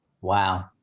Wow